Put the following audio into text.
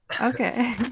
Okay